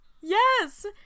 yes